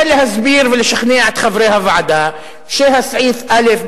להסביר ולשכנע את חברי הוועדה שהסעיפים א',